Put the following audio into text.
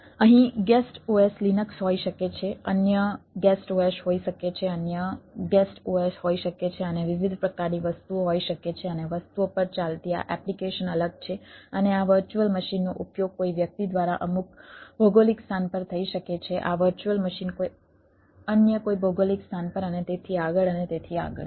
તેથી અહીં guest OS Linux હોઈ શકે છે અન્ય ગેસ્ટ OS હોઈ શકે છે અન્ય ગેસ્ટ OS હોઈ શકે છે અને વિવિધ પ્રકારની વસ્તુઓ હોઈ શકે છે અને વસ્તુઓ પર ચાલતી આ એપ્લિકેશન અલગ છે અને આ વર્ચ્યુઅલ મશીનનો ઉપયોગ કોઈ વ્યક્તિ દ્વારા અમુક ભૌગોલિક સ્થાન પર થઈ શકે છે આ વર્ચ્યુઅલ મશીન કોઈ અન્ય કોઈ ભૌગોલિક સ્થાન પર અને તેથી આગળ અને તેથી આગળ